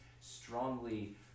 strongly